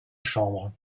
chambre